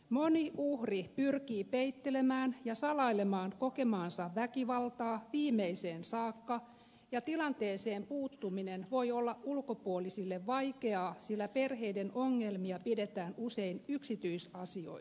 moni uhri pyrkii peittelemään ja salailemaan kokemaansa väkivaltaa viimeiseen saakka ja tilanteeseen puuttuminen voi olla ulkopuolisille vaikeaa sillä perheiden ongelmia pidetään usein yksityisasioina